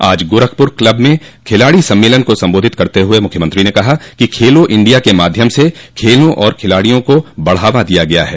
आज गोरखपुर क्लब में खिलाड़ी सम्मेलन को सम्बोधित करते हुये मुख्यमंत्री ने कहा कि खेलो इंडिया के माध्यम से खेलों और खिलाड़ियों को बढ़ावा दिया गया है